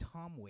Tom